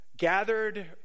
gathered